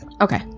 Okay